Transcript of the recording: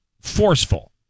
forceful